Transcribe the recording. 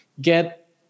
get